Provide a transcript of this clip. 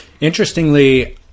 Interestingly